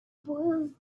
boils